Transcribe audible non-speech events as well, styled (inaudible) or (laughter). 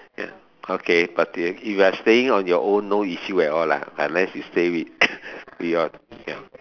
ya okay but y~ you are staying on your own no issue at all lah unless you stay with (coughs) with your ya